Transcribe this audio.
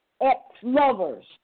ex-lovers